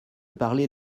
parlais